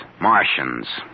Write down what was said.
Martians